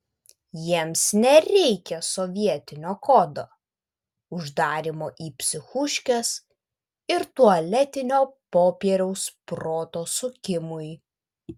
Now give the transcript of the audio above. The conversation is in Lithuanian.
jiems nereikia sovietinio kodo uždarymo į psichuškes ir tualetinio popieriaus proto sukimui